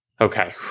Okay